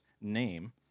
name